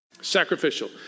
sacrificial